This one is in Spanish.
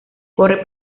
corre